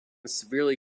severely